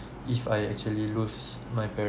if I actually lose my parent